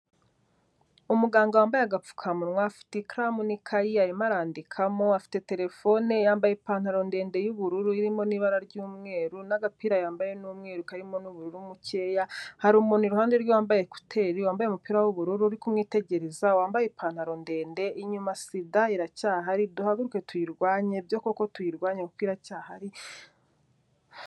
Umuganga wambaye agapfukamunwa, afite ikaramu n'ikayi arimo arandikamo, afite telefone yambaye ipantaro ndende y'ubururu irimo n'ibara ry'umweru n'agapira yambaye ni umweru karimo n'ubururu bukeya, hari umuntu iruhande rwe wambaye ekuteri, wambaye umupira w'ubururu uri kumwitegereza, wambaye ipantaro ndende, inyuma Sida iracyahari, duhaguruke tuyirwanye byo koko tuyirwanytuyirwanye kuko iracyahari.